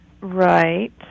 Right